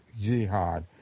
Jihad